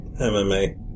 mma